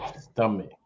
stomach